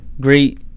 great